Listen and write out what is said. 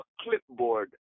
clipboard